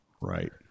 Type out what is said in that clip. Right